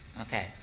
Okay